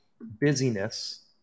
busyness